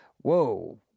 whoa